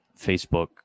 Facebook